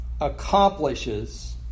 accomplishes